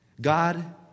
God